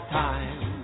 time